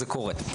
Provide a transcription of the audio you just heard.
זה קורה.